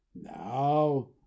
now